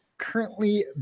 currently